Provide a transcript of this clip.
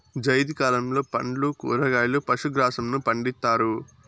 జైద్ కాలంలో పండ్లు, కూరగాయలు, పశు గ్రాసంను పండిత్తారు